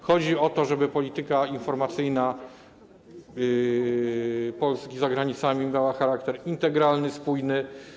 Chodzi o to, żeby polityka informacyjna Polski za granicami miała charakter integralny, spójny.